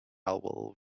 will